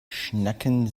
schnacken